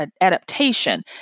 adaptation